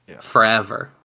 forever